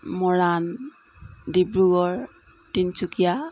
Moran Dibrugarh Tinsukia